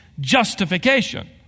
justification